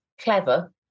clever